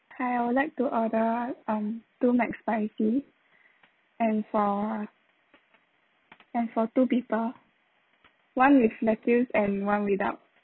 hi I would like to order um two mcspicy and for and for two people one with lettuce and one without